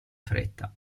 fretta